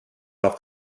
off